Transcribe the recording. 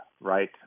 right